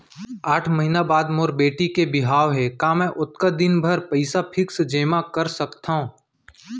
आठ महीना बाद मोर बेटी के बिहाव हे का मैं ओतका दिन भर पइसा फिक्स जेमा कर सकथव?